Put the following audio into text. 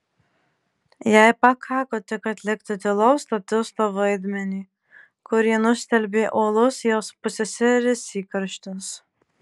jai pakako tik atlikti tylaus statisto vaidmenį kurį nustelbė uolus jos pusseserės įkarštis